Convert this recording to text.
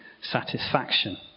satisfaction